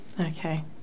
Okay